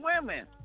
women